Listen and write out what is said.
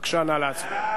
בבקשה, נא להצביע.